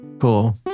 cool